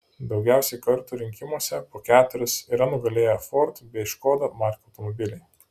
daugiausiai kartų rinkimuose po keturis yra nugalėję ford bei škoda markių automobiliai